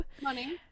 Money